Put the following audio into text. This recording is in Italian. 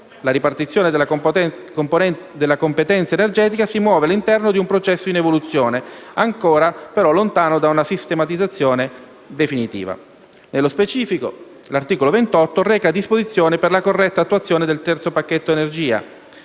la ripartizione della competenza energetica si muove all'interno di un processo in evoluzione, ancora lontano da una sistematizzazione definitiva. Nello specifico, l'articolo 28 reca disposizioni per la corretta attuazione del terzo pacchetto energia.